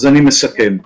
אני מסכם.